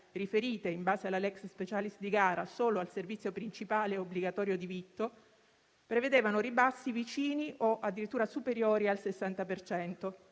riferite in base alla *lex specialis* di gara solo al servizio principale e obbligatorio di vitto, prevedevano ribassi vicini o addirittura superiori al 60